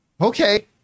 Okay